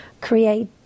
create